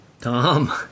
Tom